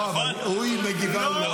לא, אבל היא מגיבה לו.